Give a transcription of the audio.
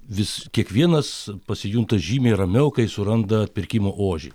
vis kiekvienas pasijunta žymiai ramiau kai suranda atpirkimo ožį